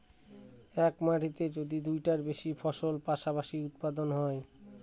এক মাটিতে যদি দুইটার বেশি ফসল পাশাপাশি উৎপাদন হয়